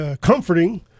comforting